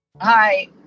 Hi